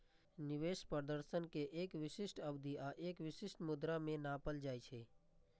निवेश प्रदर्शन कें एक विशिष्ट अवधि आ एक विशिष्ट मुद्रा मे नापल जाइ छै